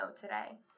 today